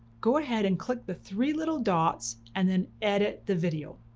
go ahead and click the three little dots and then edit the video.